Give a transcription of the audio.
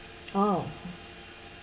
oh